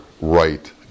right